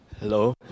Hello